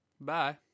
bye